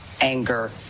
anger